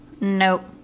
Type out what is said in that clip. Nope